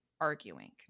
arguing